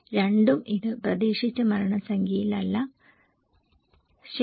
രണ്ടും ഇത് പ്രതീക്ഷിച്ച മരണസംഖ്യയിലല്ല ശരി